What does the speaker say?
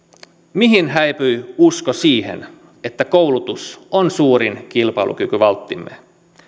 mihin häipyi usko siihen että koulutus on suurin kilpailukykyvalttimme